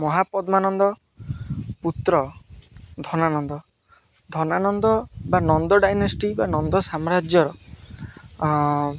ମହାପଦ୍ମାନନ୍ଦ ପୁତ୍ର ଧନାନନ୍ଦ ଧନାନନ୍ଦ ବା ନନ୍ଦ ଡାଇନେଷ୍ଟି ବା ନନ୍ଦ ସାମ୍ରାଜ୍ୟର